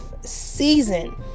season